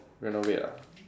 renovate ah